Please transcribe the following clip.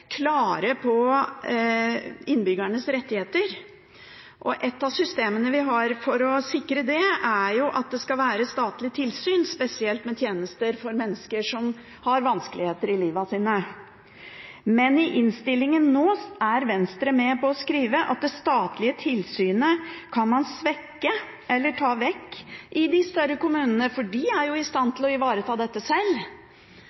klare på innbyggernes rettigheter. Et av systemene vi har for å sikre det, er at det skal være statlig tilsyn, spesielt med tjenester for mennesker som har vanskeligheter i livet sitt. Men i innstillingen er Venstre med på å skrive at det statlige tilsynet kan man svekke eller ta vekk i de større kommunene, for de er jo i stand til å ivareta dette